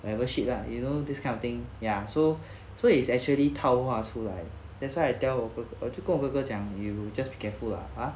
whatever shit lah you know this kind of thing ya so so it's actually 套话出来 that's why I tell 我哥哥就跟我哥哥讲 you just be careful lah ah